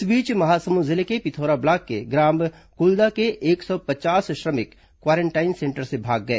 इस बीच महासमुंद जिले के पिथौरा ब्लॉक के ग्राम कोल्दा के एक सौ पचास श्रमिक क्वारेंटाइन सेंटर से भाग गए